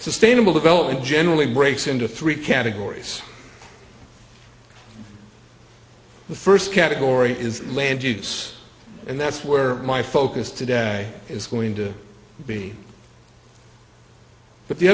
sustainable development generally breaks into three categories the first category is land use and that's where my focus today is going to be but the